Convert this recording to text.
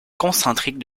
concentriques